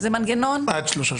עד שלושה שבועות.